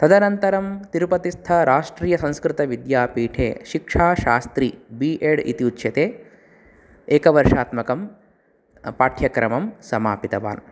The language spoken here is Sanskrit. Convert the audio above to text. तदनन्तरं तिरुपतिस्थ राष्ट्रीयसंस्कृतविद्यापीठे शिक्षाशास्त्री बी एड् इति उच्यते एकवर्षात्मकं पाठ्यक्रमं समापितवान्